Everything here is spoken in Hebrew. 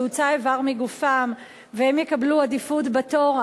שהוצא איבר מגופם והם יקבלו עדיפות בתור,